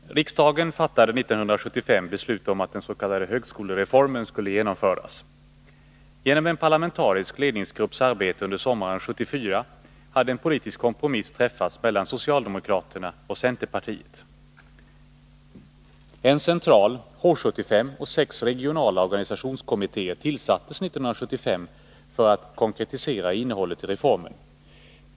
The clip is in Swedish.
Herr talman! Riksdagen fattade 1975 beslut om att den s.k. högskolereformen skulle genomföras. Genom en parlamentarisk beredningsgrupps arbete under sommaren 1974 hade en politisk kompromiss träffats mellan socialdemokraterna och centerpartiet. En central — H 75 — och sex regionala organisationskommittéer tillsattes 1975 för att konkretisera innehållet i reformen.